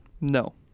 No